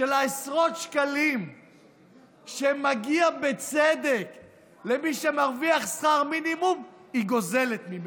של עשרות השקלים שמגיע בצדק למי שמרוויח שכר מינימום היא גוזלת ממנו.